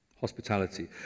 hospitality